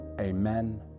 amen